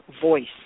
voice